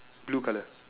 blue colour